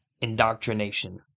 indoctrination